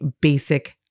basic